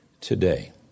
today